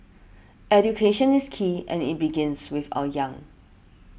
education is key and it begins with our young